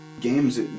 games